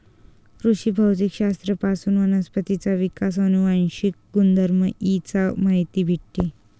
कृषी भौतिक शास्त्र पासून वनस्पतींचा विकास, अनुवांशिक गुणधर्म इ चा माहिती भेटते